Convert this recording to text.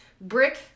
brick